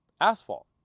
asphalt